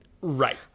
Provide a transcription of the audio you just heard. Right